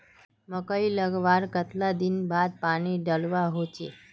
मकई लगवार कतला दिन बाद पानी डालुवा होचे?